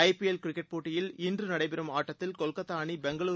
IPL cricket போட்டியில் இன்று நடைபெறம் ஆட்டத்தில் கொல்கத்தா அணி பெங்களுரு